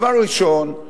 דבר ראשון,